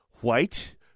white